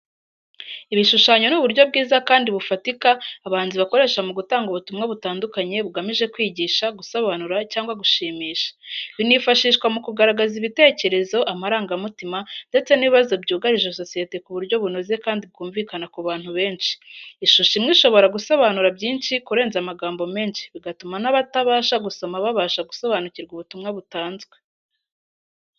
Ibishushanyo ni uburyo bwiza kandi bufatika abahanzi bakoresha mu gutanga ubutumwa butandukanye bugamije kwigisha, gusobanura, cyangwa gushimisha. Binifashishwa mu kugaragaza ibitekerezo, amarangamutima, ndetse n'ibibazo byugarije sosiyete ku buryo bunoze kandi bwumvikana ku bantu benshi. Ishusho imwe ishobora gusobanura byinshi kurenza amagambo menshi, bigatuma n’abatabasha gusoma babasha gusobanukirwa ubutumwa butanzwe.